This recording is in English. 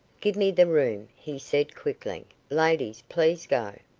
give me the room, he said quickly. ladies, please go.